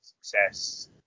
success